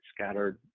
scattered